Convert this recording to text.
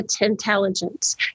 intelligence